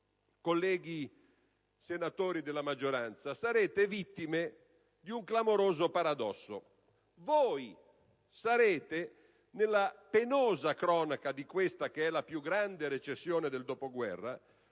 colleghi senatori della maggioranza, sarete vittime di un clamoroso paradosso: voi sarete, nella penosa cronaca di questa che è la più grande recessione del dopoguerra,